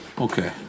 okay